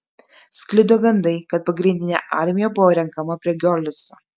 sklido gandai kad pagrindinė armija buvo renkama prie giorlico